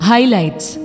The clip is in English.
Highlights